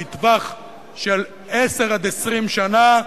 בטווח של 10 20 שנה,